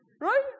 Right